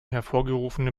hervorgerufene